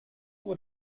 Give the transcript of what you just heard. nur